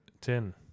Ten